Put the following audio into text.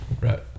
Right